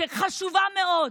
שחשובה מאוד,